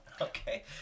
okay